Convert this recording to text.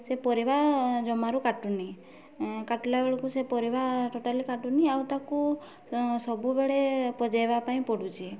ସେ ପରିବା ଜମାରୁ କାଟୁନି କାଟିଲା ବେଳକୁ ସେ ପରିବା ଟୋଟାଲି କାଟୁନି ଆଉ ତାକୁ ସବୁବେଳେ ପଜାଇବା ପାଇଁ ପଡ଼ୁଛି